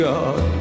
God